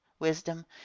wisdom